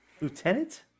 Lieutenant